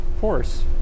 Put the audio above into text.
force